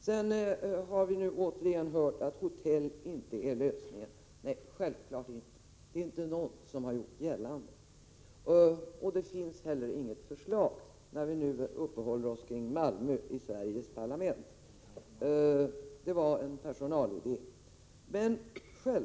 Vi har återigen hört att hotell inte är en lösning. Nej, självfallet inte! Det är ingen som har gjort det gällande, och det finns heller inga förslag om det i Malmö - jag kan bara notera det när vi i Sveriges parlament nu uppehåller oss kring Malmös problem.